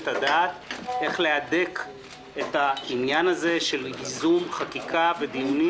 הדעת איך להדק את העניין הזה של ייזום חקיקה ודיונים,